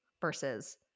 versus